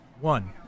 one